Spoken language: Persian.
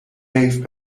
حیف